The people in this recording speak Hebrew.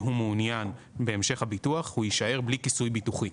מעוניין בהמשך הביטוח הוא יישאר ללא כיסוי ביטוחי.